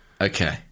Okay